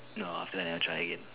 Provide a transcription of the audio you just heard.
no after that I never try again